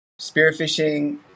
spearfishing